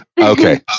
okay